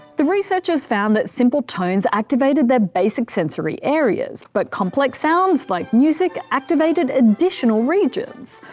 the researchers found that simple tones activated their basic sensory areas, but complex sounds like music activated additional regions.